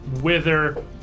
wither